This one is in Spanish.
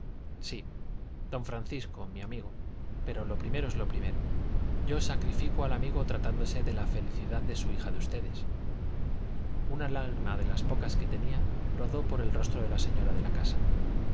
sí don francisco mi amigo pero lo primero es lo primero yo sacrifico al amigo tratándose de la felicidad de su hija de ustedes una lágrima de las pocas que tenía rodó por el rostro de la señora de la casa